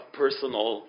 personal